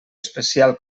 especial